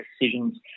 decisions